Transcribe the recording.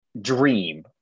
dream